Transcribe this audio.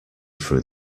through